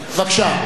בבקשה.